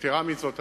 יתירה מזאת,